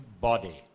body